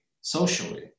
socially